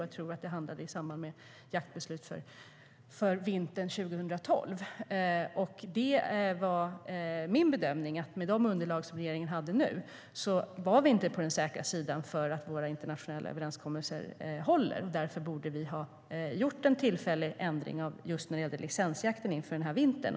Jag tror att det var i samband med jaktbeslutet inför vintern 2012.Min bedömning var att med de underlag som regeringen hade var vi inte säkra på att våra internationella överenskommer skulle hålla. Därför borde vi ha gjort en tillfällig ändring just när det gäller licensjakten inför den här vintern.